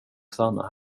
stanna